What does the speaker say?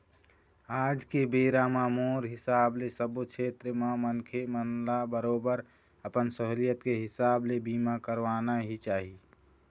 आज के बेरा म मोर हिसाब ले सब्बो छेत्र म मनखे मन ल बरोबर अपन सहूलियत के हिसाब ले बीमा करवाना ही चाही